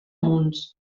munts